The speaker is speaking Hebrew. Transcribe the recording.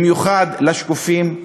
בעיקר לשקופים,